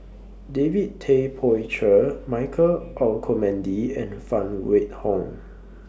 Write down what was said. David Tay Poey Cher Michael Olcomendy and Phan Wait Hong